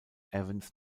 evans